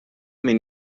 min